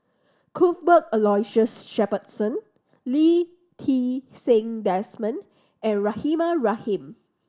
Cuthbert Aloysius Shepherdson Lee Ti Seng Desmond and Rahimah Rahim